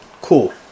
Cool